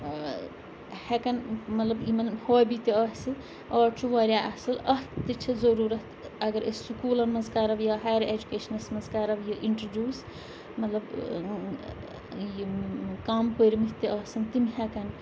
ہٮ۪کَن مطلب یِمَن ہابی تہِ آسہِ آٹ چھُ واریاہ اَصٕل اَتھ تہِ چھِ ضُروٗرتھ اگر أسۍ سُکوٗلَن منٛز کَرو یا ہایر اٮ۪جوکیشنَس منٛز کَرو یہِ اِنٹرٛڈیوٗس مطلب یِم کَم پٔرۍمٕتۍ تہِ آسَن تِم ہٮ۪کَن